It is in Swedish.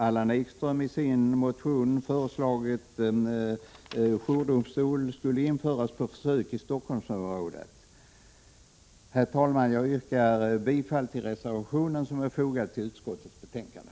Allan Ekström i sin motion föreslagit att en jourdomstol skulle införas på försök i Stockholmsområdet. Herr talman! Jag yrkar bifall till reservationen som är fogad till utskottets betänkande.